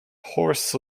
horse